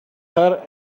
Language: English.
her